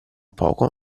poco